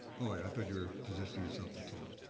ah i thought you were positioning yourself to talk.